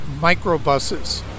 microbuses